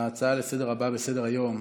ההצעה לסדר-היום הבאה בסדר-היום,